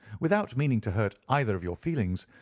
without meaning to hurt either of your feelings,